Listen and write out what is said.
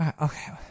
Okay